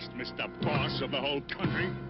mr. boss of the whole country,